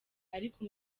ariko